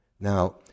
Now